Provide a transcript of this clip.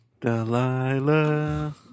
Delilah